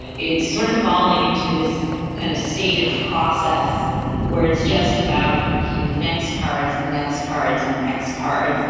it's sort of falling into this kind of state of process where it's just about you know the next cards and the next cards and the next cards.